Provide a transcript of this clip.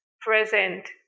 present